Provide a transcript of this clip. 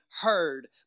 heard